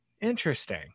interesting